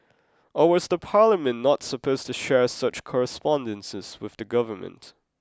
or was the Parliament not supposed to share such correspondences with the government